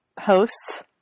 hosts